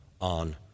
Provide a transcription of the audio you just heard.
on